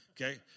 Okay